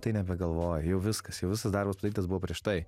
tai nebegalvoji jau viskas jau visas darbas padarytas buvo prieš tai